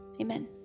Amen